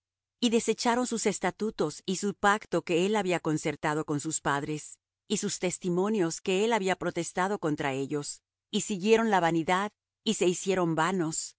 y desecharon sus estatutos y su pacto que él había concertado con sus padres y sus testimonios que él había protestado contra ellos y siguieron la vanidad y se hicieron vanos